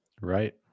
right